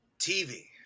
tv